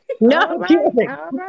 No